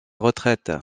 retraite